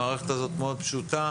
המערכת הזאת מאוד פשוטה,